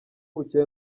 bukeye